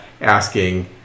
asking